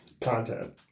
content